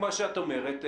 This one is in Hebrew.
כמו שאת אומרת,